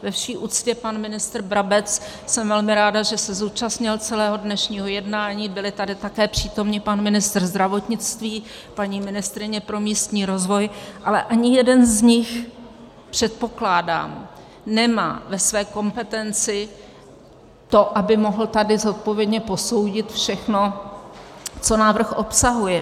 Ve vší úctě, pan ministr Brabec, jsem velmi ráda, že se zúčastnil celého dnešního jednání, byli tady také přítomni pan ministr zdravotnictví, paní ministryně pro místní rozvoj, ale ani jeden z nich, předpokládám, nemá ve své kompetenci to, aby mohl tady zodpovědně posoudit všechno, co návrh obsahuje.